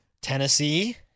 Tennessee